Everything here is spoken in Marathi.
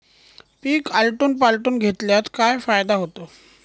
पीक आलटून पालटून घेतल्यास काय फायदा होतो?